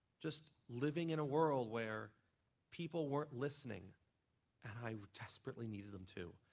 just living in a world where people weren't listening and i desperately needed them to.